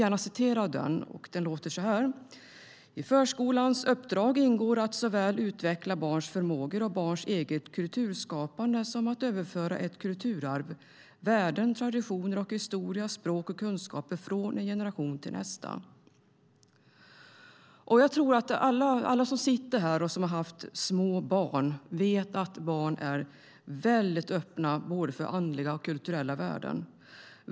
Där står följande: "I förskolans uppdrag ingår att såväl utveckla barns förmågor och barns eget kulturskapande som att överföra ett kulturarv - värden, traditioner och historia, språk och kunskaper - från en generation till nästa." Jag tror att alla som sitter här och som har haft små barn vet att barn är mycket öppna för både andliga och kulturella värden.